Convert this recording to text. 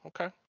okay